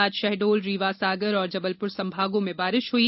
आज शहडोल रीवा सागर और जबलपुर संभागों में बारिश हुई